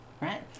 right